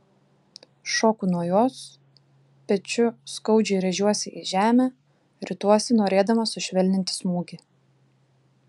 šoku nuo jos pečiu skaudžiai rėžiuosi į žemę rituosi norėdamas sušvelninti smūgį